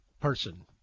person